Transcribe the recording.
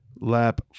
lap